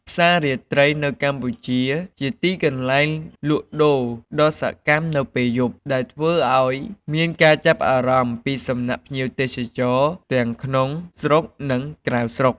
ផ្សារាត្រីនៅកម្ពុជាជាទីកន្លែងលក់ដូរដ៏សកម្មនៅពេលយប់ ដែលធ្វើឲ្យមានការចាប់អារម្មណ៏ពីសំណាក់ភ្ញៀវទេសចរណ៏ទាំងក្នុងស្រុកនិងក្រៅស្រុក។